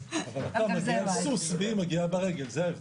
יש הבדל, מסלול ירוק זה אוטומטי.